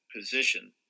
position